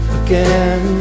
again